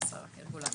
השרה יאיר גולן.